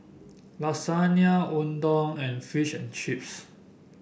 Lasagne Unadon and Fish and Chips